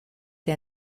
der